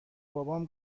بابام